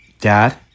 Dad